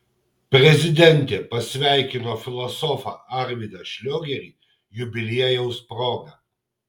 prezidentė pasveikino filosofą arvydą šliogerį jubiliejaus proga